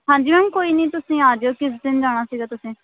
ਹਾਂਜੀ ਮੈਮ ਕੋਈ ਨਾ ਤੁਸੀਂ ਆ ਜਿਓ ਕਿਸ ਦਿਨ ਜਾਣਾ ਸੀਗਾ ਤੁਸੀਂ